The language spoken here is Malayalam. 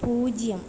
പൂജ്യം